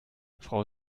frau